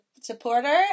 supporter